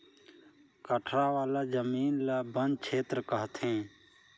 कठरा वाला जमीन ल बन छेत्र कहथें